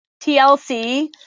TLC